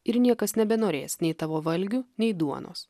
ir niekas nebenorės nei tavo valgių nei duonos